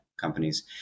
companies